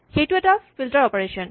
সেইটো এটা filter operation